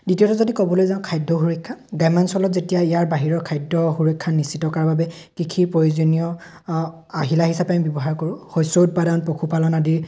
দ্বিতীয়তে যদি ক'বলৈ যাওঁ খাদ্য সুৰক্ষা গ্ৰামাঞ্চলত যেতিয়া ইয়াৰ বাহিৰৰ খাদ্য সুৰক্ষা নিশ্চিত কৰাৰ বাবে কৃষিৰ প্ৰয়োজনীয় আহিলা হিচাপে আমি ব্যৱহাৰ কৰোঁ শস্য উৎপাদন পশুপালন আদি